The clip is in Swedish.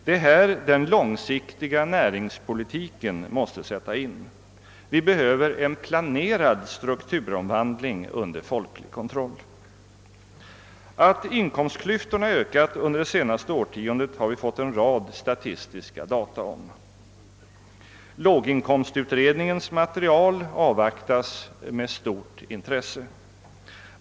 Det är här den långsiktiga näringspolitiken måste sätta in. Vi behöver en planerad strukturomvandling under folklig kontroll. Att inkomstklyftorna ökat under det senaste årtiondet har vi fått en rad statistiska data om, Låginkomstutredningens material avvaktas med stort intresse.